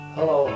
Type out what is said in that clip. Hello